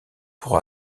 pour